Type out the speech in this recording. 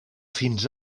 fins